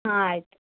ಹಾಂ ಆಯ್ತು